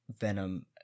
venom